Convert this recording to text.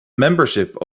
membership